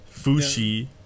Fushi